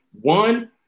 One